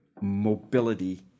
mobility